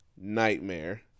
nightmare